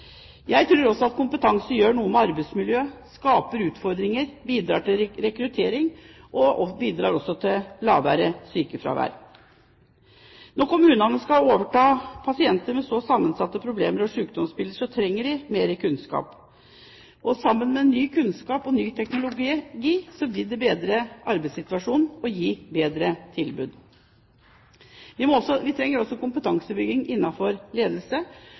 Jeg tror også at kompetanse gjør noe med arbeidsmiljøet, skaper utfordringer og bidrar til rekruttering og lavere sykefravær. Når kommunene skal overta pasienter med sammensatte problemer og sykdomsbilder, trenger man mer kunnskap. Ny kunnskap og ny teknologi vil bidra til en bedre arbeidssituasjon og et bedre tilbud. Vi trenger også kompetansebygging innenfor ledelse,